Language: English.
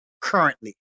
currently